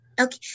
Okay